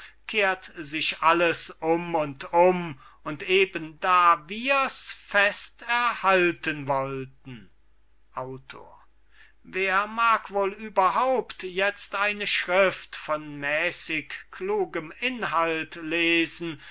kehrt sich alles um und um und eben da wir's fest erhalten wollten wer mag wohl überhaupt jetzt eine schrift von mäßig klugem inhalt lesen